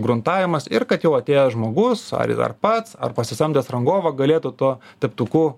gruntavimas ir kad jau atėjo žmogus ar yra pats ar pasisamdęs rangovą galėtų tuo teptuku